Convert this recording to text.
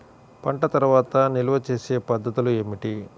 పంట తర్వాత నిల్వ చేసే పద్ధతులు ఏమిటి?